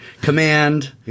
Command